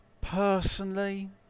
personally